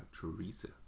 Teresa